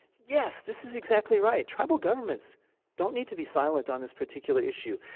yes, this is exactly right. tribal governments don't need to be silent on this particular issue.